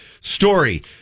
Story